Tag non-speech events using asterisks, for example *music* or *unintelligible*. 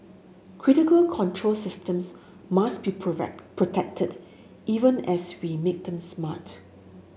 critical control systems must be *unintelligible* protected even as we make them smart